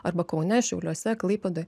arba kaune šiauliuose klaipėdoj